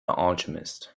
alchemist